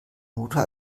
motor